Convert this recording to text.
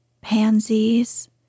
pansies